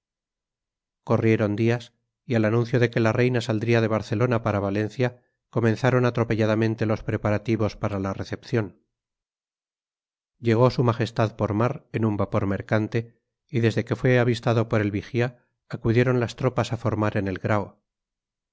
corrieron días y al anuncio de que la reina saldría de barcelona para valencia comenzaron atropelladamente los preparativos para la recepción llegó su majestad por mar en un vapor mercante y desde que fue avistado por el vigía acudieron las tropas a formar en el grao